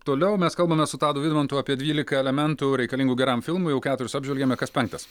toliau mes kalbame su tadu vidmantu apie dvylika elementų reikalingų geram filmui jau keturis apžvelgėme kas penktas